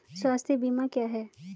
स्वास्थ्य बीमा क्या है?